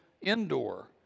indoor